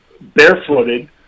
barefooted